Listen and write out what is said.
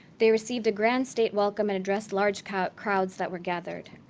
they received a grand state welcome, and addressed large kind of crowds that were gathered.